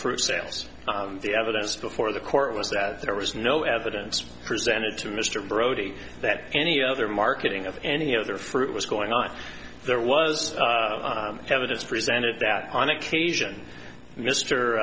fruit sales the evidence before the court was that there was no evidence presented to mr brody that any other marketing of any other fruit was going on there was evidence presented that on occasion m